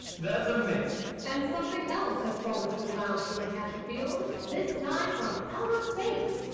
that's amazing! and something else has fallen to the ground here in hatchetfield, this time from outer space!